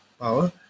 power